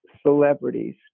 celebrities